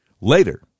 Later